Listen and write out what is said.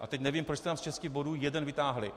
A teď nevím, proč jste z šesti bodů jeden vytáhli.